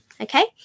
Okay